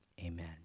amen